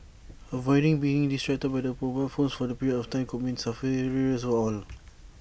avoiding being distracted by their mobile phones for that period of time could mean safer roads for all